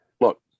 look